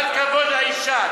קצת כבוד לאשה.